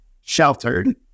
sheltered